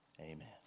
amen